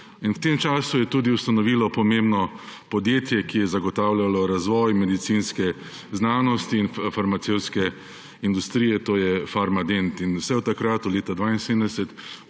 V tem času je tudi ustanovilo pomembno podjetje, ki je zagotavljalo razvoj medicinske znanosti in farmacevtske industrije. To je Farmadent. Vse od leta 1972